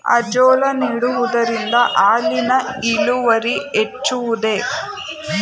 Azolla ನೀಡುವುದರಿಂದ ಹಾಲಿನ ಇಳುವರಿ ಹೆಚ್ಚುವುದೇ?